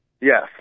Yes